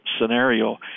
scenario